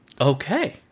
Okay